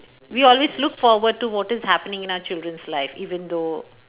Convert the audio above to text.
we always look forward to what is happening in our children's life even though